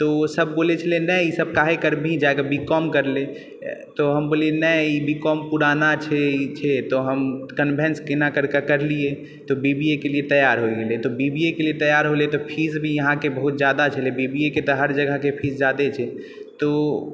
तो ओ सब बोलै छलै नहि ई सब काहे करबिही जाके बीकॉम कर ले तो हम बोललियै नहि हम बीकॉम पुराना छै तऽ हम कन्भिन्स केना कऽ कऽ करलियै तऽ बीबीएके लिए तैयार हो गेलै तो बीबीएके तैयार हो गेलै तऽ फ़ीस भी यहाँ भेलै बीबीएके तऽ हर जगहके फ़ीस जादे छै तो